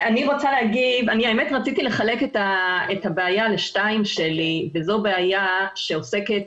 רציתי לחלק אתך הבעיה לשני חלקים וזו בעיה שעוסקת